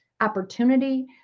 opportunity